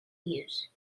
use